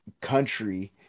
country